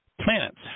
planets